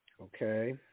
Okay